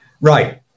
right